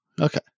Okay